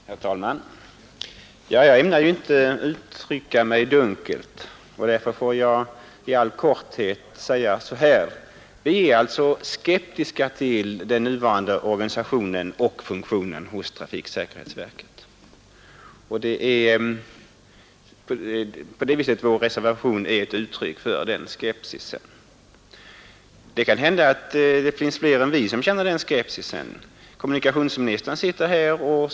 Herr talman! Jag ämnar inte uttrycka mig dunkelt. Därför får jag i all korthet säga så här: Vi är skeptiska till trafiksäkerhetsverkets nuvarande organisation och funktion. Vår reservation är ett uttryck för denna skepsis. Det kan hända att fler än vi känner denna skepsis. Kommunikationsministern sitter här.